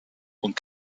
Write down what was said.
und